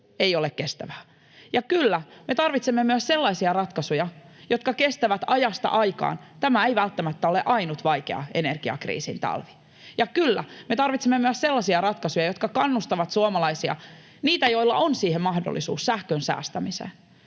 ei ole kestävää. Ja kyllä, me tarvitsemme myös sellaisia ratkaisuja, jotka kestävät ajasta aikaan. Tämä ei välttämättä ole ainut vaikea energiakriisin talvi. Ja kyllä, me tarvitsemme myös sellaisia ratkaisuja, jotka kannustavat suomalaisia — niitä, joilla on siihen mahdollisuus — sähkön säästämiseen.